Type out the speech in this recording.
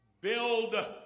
build